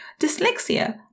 dyslexia